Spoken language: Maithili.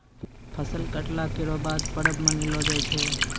फसल कटला केरो बाद परब मनैलो जाय छै